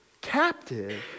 captive